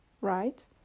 right